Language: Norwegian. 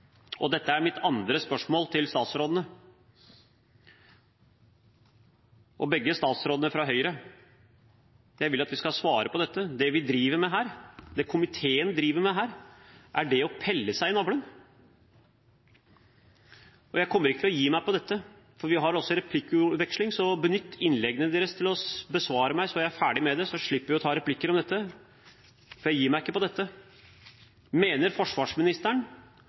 sjokkerende. Dette er mitt andre spørsmål til statsrådene – begge statsrådene er fra Høyre – og jeg vil at de skal svare på dette: Det vi driver med her, det komiteen driver med her – er det å pille seg i navlen? Jeg kommer ikke til å gi meg på dette, for vi har også replikkveksling. Benytt innleggene deres til å besvare meg, så jeg blir ferdig med det, så slipper vi å ta replikker om dette. For jeg gir meg ikke på dette. Mener forsvarsministeren